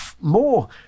more